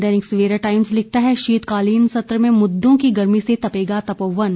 दैनिक Savera Times लिखता है शीतकालीन सत्र में मुद्दों की गर्मी से तपेगा तपोवन